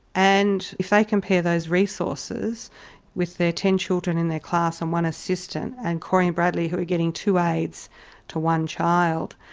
and if they compare those resources with their ten children in their class and one assistant, and corey and bradley who are getting two aides to one child,